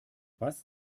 was